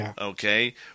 Okay